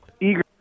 eager